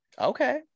Okay